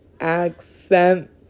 accent